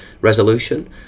resolution